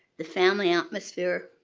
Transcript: the family atmosphere,